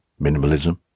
minimalism